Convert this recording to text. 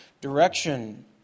direction